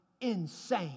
insane